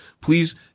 Please